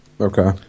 Okay